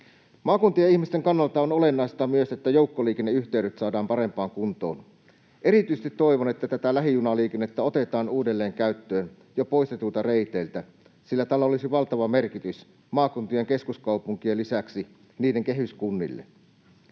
Maakuntien ihmisten kannalta on olennaista myös, että joukkoliikenneyhteydet saadaan parempaan kuntoon. Erityisesti toivon, että tätä lähijunaliikennettä otetaan uudelleen käyttöön jo poistetuilla reiteillä, sillä tällä olisi valtava merkitys maakuntien keskuskaupunkien lisäksi niiden kehyskunnille.